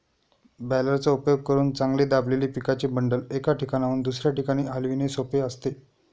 बॅलरचा उपयोग करून चांगले दाबलेले पिकाचे बंडल, एका ठिकाणाहून दुसऱ्या ठिकाणी हलविणे सोपे असते